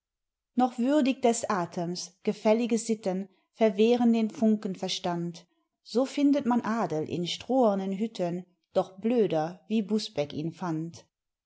noch würdig des athems gefällige sitten verwehren den funken verstand so findet man adel in strohernen hütten doch blöder wie busbeck in fand